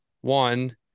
One